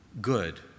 good